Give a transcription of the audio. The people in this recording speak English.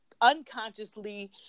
unconsciously